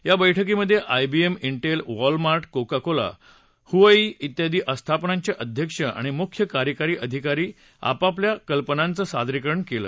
या बैठकीमधे I B M Intel Walmart Coca Cola Huawei तियादी आस्थापनांचे अध्यक्ष आणि मुख्य कार्यकारी अधिका यांनी आपआपल्या कल्पनांचं सादरीकरण केलं